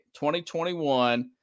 2021